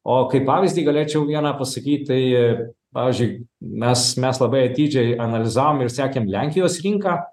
o kaip pavyzdį galėčiau vieną pasakyt tai pavyzdžiui mes mes labai atidžiai analizavom ir sekėm lenkijos rinką